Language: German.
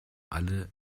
alle